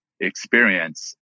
experience